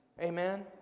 Amen